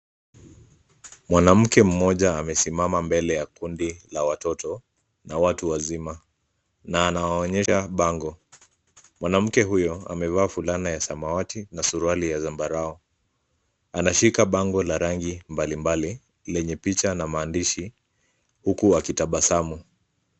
Mwanamke mmoja amesimama mbele ya kundi la watoto na watu wazima, na anawaonyesha bango. Mwanamke huyo amevaa fulana ya samawati na suruali ya zambarau. Anashika bango la rangi mbali mbali lenye picha na maandishi, huku wakitabasamu.